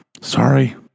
Sorry